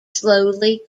slowly